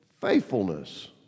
faithfulness